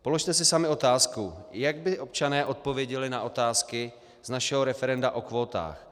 Položte si sami otázku, jak by občané odpověděli na otázky z našeho referenda o kvótách.